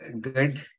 good